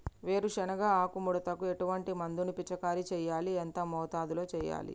వేరుశెనగ ఆకు ముడతకు ఎటువంటి మందును పిచికారీ చెయ్యాలి? ఎంత మోతాదులో చెయ్యాలి?